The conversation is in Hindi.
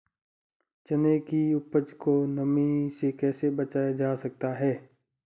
चने की उपज को नमी से कैसे बचाया जा सकता है?